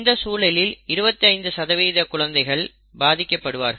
இந்த சூழலில் 25 குழந்தைகள் பாதிக்கப்படுவார்கள்